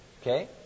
Okay